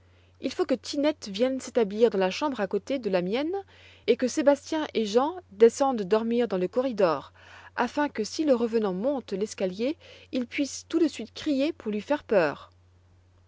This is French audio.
il faut que tinette vienne s'établir dans la chambre à côté de la mienne et que sébastien et jean descendent dormir dans le corridor afin que si le revenant monte l'escalier ils puissent tout de suite crier pour lui faire peur